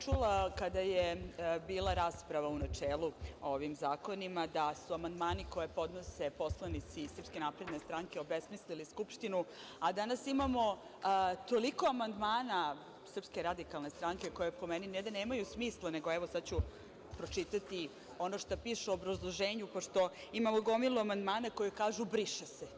Čula sam kada je bila rasprava u načelu o ovim zakonima da su amandmani koji podnose poslanici iz Srpske napredne stranke obesmislili skupštinu, a danas imamo toliko amandmana Srpske radikalne stranke, koje, po meni, ne da nemaju smisla, nego evo sad ću pročitati ono šta pišu u obrazloženju pošto imamo gomilu amandmana koje kažu – briše se.